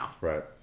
Right